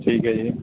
ਠੀਕ ਹੈ ਜੀ